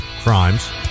crimes